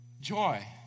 joy